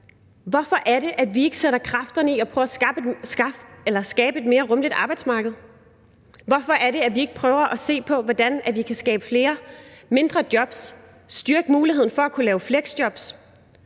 Hvorfor er det, at vi ikke sætter kræfterne ind på at prøve at skabe et mere rummeligt arbejdsmarked? Hvorfor er det, at vi ikke prøver at se på, hvordan vi kan skabe flere mindre jobs, styrke muligheden for at kunne lave fleksjobs,